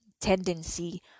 tendency